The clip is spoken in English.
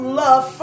love